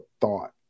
thought